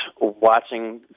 watching